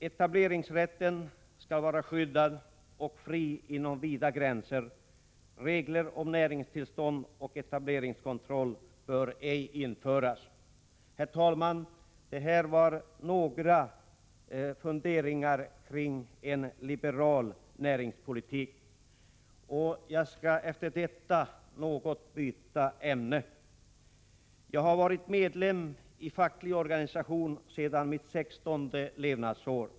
Etableringsrätten skall vara skyddad och frihet skall råda inom vida gränser. Regler om näringstillstånd och etableringskontroll bör ej införas. Herr talman! Det här var några funderingar kring en liberal näringspolitik. Efter detta skall jag något byta ämne. Jag har varit medlem i en facklig organisation alltsedan mitt sextonde levnadsår.